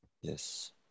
Yes